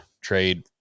trade